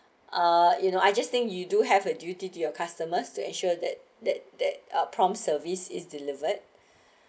uh you know I just thing you do have a duty to your customers to ensure that that that ah prompts service is delivered